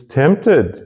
tempted